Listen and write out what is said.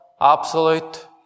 absolute